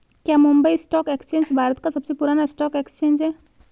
क्या Mumbai stock exchange Bharat का सबसे पुराना स्टॉक एक्सचेंज है?